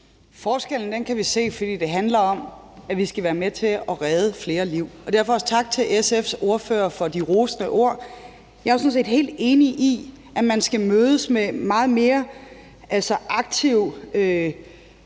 Forskellen ligger i, at det handler om, at vi skal være med til at redde flere liv. Derfor vil jeg også sige tak til SF's ordfører for de rosende ord. Jeg er jo sådan set helt enig i, at man skal mødes med meget mere aktiv